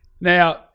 Now